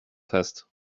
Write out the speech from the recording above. fest